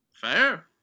Fair